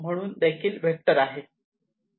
म्हणून हे देखील वेक्टर आहे